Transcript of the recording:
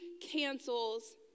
cancels